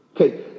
Okay